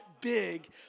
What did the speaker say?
big